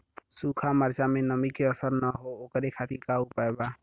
सूखा मिर्चा में नमी के असर न हो ओकरे खातीर का उपाय बा?